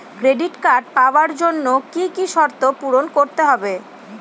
Credit card পাওয়ার জন্য কি কি শর্ত পূরণ করতে হবে?